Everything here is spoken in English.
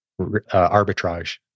arbitrage